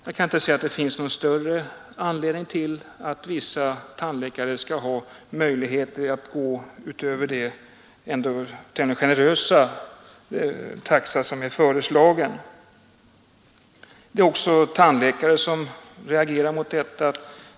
Jag kan inte se att det finns någon anledning att vissa tandläkare skall ha möjligheter att gå utöver den ändå tämligen generösa taxa som är föreslagen. Också tandläkare reagerar mot detta.